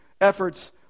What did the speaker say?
efforts